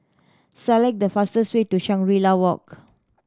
select the fastest way to Shangri La Walk